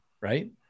Right